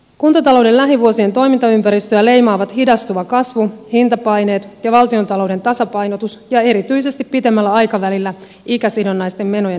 kuntatalouden lähivuosien toimintaympäristöä leimaavat hidastuva kasvu hintapaineet ja valtiontalouden tasapainotus ja erityisesti pidemmällä aikavälillä ikäsidonnaisten menojen huomattava kasvu